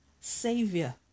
Savior